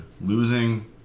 losing